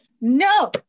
no